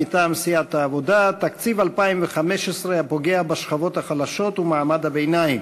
מטעם סיעת העבודה: תקציב 2015 הפוגע בשכבות החלשות ובמעמד הביניים.